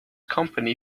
company